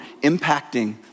impacting